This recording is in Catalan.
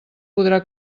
podrà